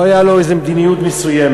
הייתה לו איזה מדיניות מסוימת.